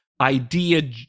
idea